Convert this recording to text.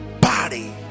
body